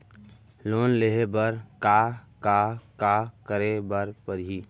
Loan लेहे बर का का का करे बर परहि?